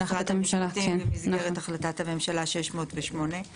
עם משרד המשפטים במסגרת החלטת הממשלה 608,